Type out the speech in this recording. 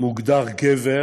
מוגדר גבר